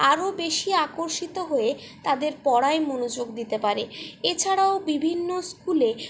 আরও বেশি আকর্ষিত হয়ে তাদের পড়ায় মনযোগ দিতে পারে এছাড়াও বিভিন্ন স্কুলে